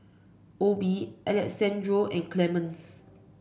Obe Alessandro and Clemence